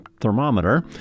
thermometer